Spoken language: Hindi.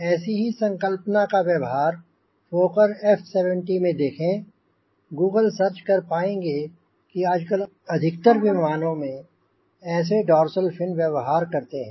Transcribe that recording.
ऐसी ही संकल्पना का व्यवहार वह फोकर F 70 में देखें गूगल सर्च कर पाएंँगे कि आजकल अधिकतर विमानों में ऐसे डोर्सल फिन व्यवहार करते हैं